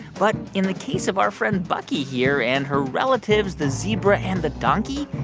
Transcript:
but in the case of our friend bucky here and her relatives, the zebra and the donkey,